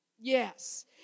Yes